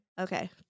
Okay